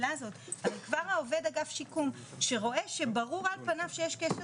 כבר העובד אגף שיקום שרואה על פניו שיש קשר